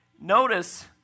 Notice